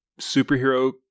superhero